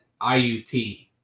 IUP